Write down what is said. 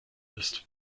ist